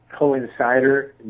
coincider